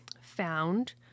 found